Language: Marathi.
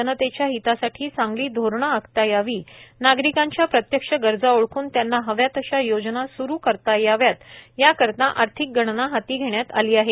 जनतेच्या हितासाठी चांगली धोरणे आखता यावी नागरिकांच्या प्रत्यक्ष गरजा ओळखून त्यांना हव्या तशा योजना सुरु करता याव्यात या करीता आर्थिक गणना हाती घेण्यात आली आहे